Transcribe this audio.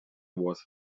was